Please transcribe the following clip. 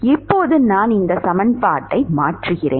இப்போது நான் இந்த சமன்பாட்டை மாற்றுகிறேன்